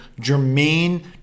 Jermaine